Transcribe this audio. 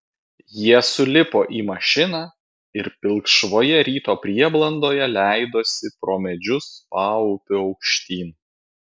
jie sulipo į mašiną ir pilkšvoje ryto prieblandoje leidosi pro medžius paupiu aukštyn